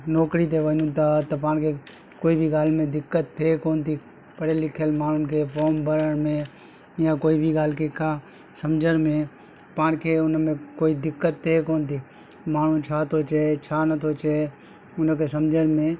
नौकिरी ते वञूं था त पाण खे कोई बि ॻाल्हि में दिक़त थिए कोन थी पढ़ियलु लिखियलु माण्हुनि खे फॉम भरण में या कोई बि ॻाल्हि खे का सम्झण में पाण खे उन में कोई दिक़त थिए कोन थी माण्हू छा थो चए छा नथो चए उन खे सम्झण में